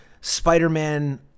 Spider-Man